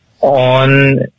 on